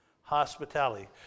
hospitality